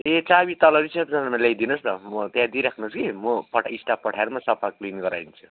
ए चाबी तल रिसेप्सनमा ल्याइदिनु होस् न म त्यहाँ दिइराख्नु होस् कि म पठा स्टाफ पठाएर म सफा क्लिन गराइदिन्छु